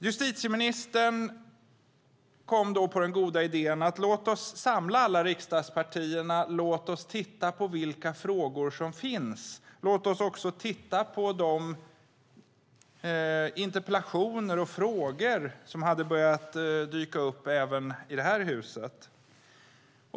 Justitieministern kom på den goda idén att säga: Låt oss samla alla riksdagspartierna. Låt oss titta på vilka frågor som finns. Låt oss också titta på de interpellationer och frågor som börjat dyka upp även i det här huset.